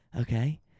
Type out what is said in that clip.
okay